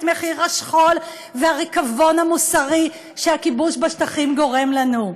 את מחיר השכול והריקבון המוסרי שהכיבוש בשטחים גורם לנו,